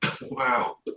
wow